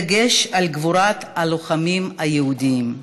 בדגש על גבורת הלוחמים היהודים".